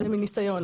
זה מניסיון.